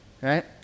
Right